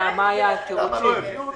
מה היה התירוצים?